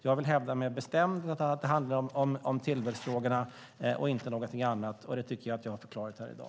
Jag vill med bestämdhet hävda att det handlar om tillväxtfrågorna och inte om någonting annat. Det tycker jag att jag har förklarat här i dag.